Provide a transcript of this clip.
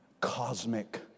cosmic